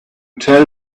tell